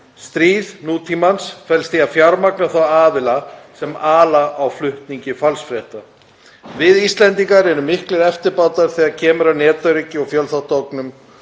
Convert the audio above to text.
Stríð nútímans felst í að fjármagna þá aðila sem ala á flutningi falsfrétta. Við Íslendingar erum miklir eftirbátar þegar kemur að netöryggi og fjölþáttaógnum